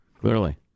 Clearly